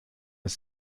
ist